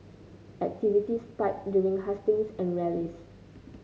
activity spiked during hustings and rallies